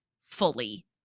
fully